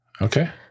okay